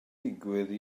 digwydd